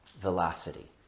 velocity